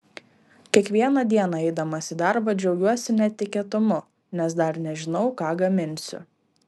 kiekvieną dieną eidamas į darbą džiaugiuosi netikėtumu nes dar nežinau ką gaminsiu